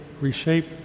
reshape